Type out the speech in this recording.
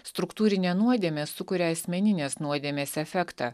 struktūrinė nuodėmė sukuria asmeninės nuodėmės efektą